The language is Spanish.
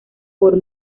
por